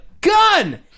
gun